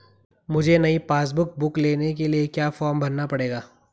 मुझे नयी passbook book लेने के लिए क्या फार्म भरना पड़ेगा?